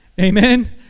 Amen